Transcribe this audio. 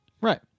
Right